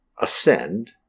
ascend